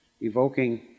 evoking